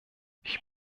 ich